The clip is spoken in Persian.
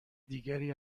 دیگری